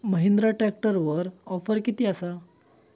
महिंद्रा ट्रॅकटरवर ऑफर किती आसा?